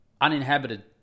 uninhabited